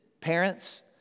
parents